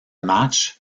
match